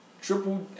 Triple